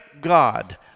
God